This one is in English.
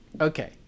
Okay